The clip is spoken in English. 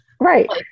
Right